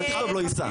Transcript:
אל תכתוב לא יישא.